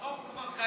החוק כבר קיים.